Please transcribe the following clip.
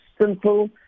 simple